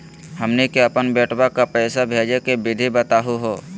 हमनी के अपन बेटवा क पैसवा भेजै के विधि बताहु हो?